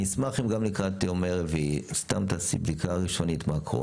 אני אשמח גם גם לקראת יום רביעי סתם תעשי בדיקה ראשונית מה קורה.